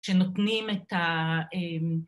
‫שנותנים את ה...